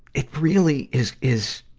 it really is, is,